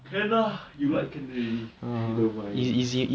can lah you like can already don't mind